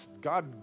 God